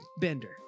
Bender